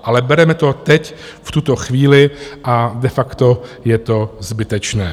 Ale bereme to teď v tuto chvíli a de facto je to zbytečné.